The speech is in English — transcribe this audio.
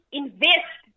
invest